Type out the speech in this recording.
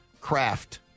craft